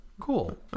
cool